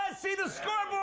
ah see the scoreboard.